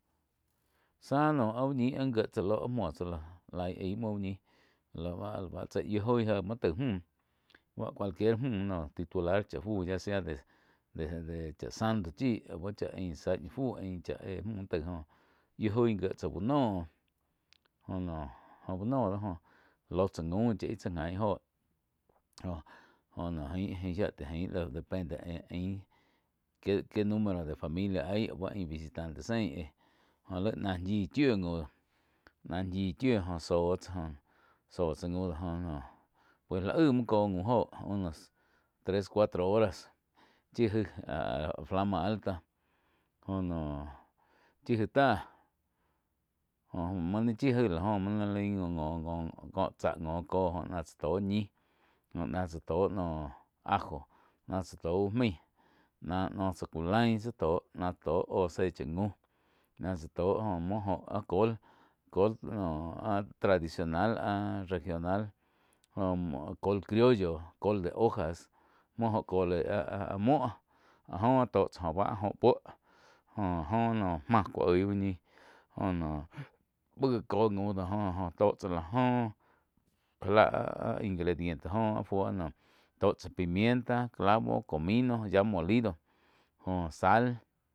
Záh noh áh úh ñih áh ngie táh ló áh múo tsá ló laig aim múo uh ñih láh cheíh yiu goih je mu taig müh cualquier mü joh titular cha fu yá sea de-de chá santo chi lau chá ain zá ni fu ain chá éh mü taih góh yíu joíh gíe tsáh úh noh jóh noh úh noh doh joh ló tsá jaum chá íh tsá jain óh jóh-jóh noh ain-ain shía tai ain depende ain que-que numero de familia aí au ain visitante zein éh jóh laig náh shíí chíu jaum do náh shíu chíu joh zóh tsá oh, zóh tsá jaum do joh noh pues lá aig muo có jaum óh unos tres, cuatro horas chí gai áh flama alta jóh noh chí jaih táh. Joh muo nain chí jaíh la oh muo naí laig ngo-ngo kó tsá ngo có óh náh tsá tó ñih jóh náh tsá tó noh ajo náh tsá tó úh maí náh noh chá cú lain tsá tó náh tsá tó óh zé chá jaum náh tsá tó muo joh áh col-col noh áh tradicional áh regional jóh col criollo col de hojas muo óho cole áh-áh múoh áh jóh tó tsá óh báh óh puo jo-jo no máh ku oih úh ñih jóh noh múo gá kó gaun do joh-joh tó tsá áh joh já láh áh ingrediente óh áh fuó tó tsá pimienta, clavo, comino yá molido jo sal.